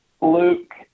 Luke